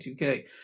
2K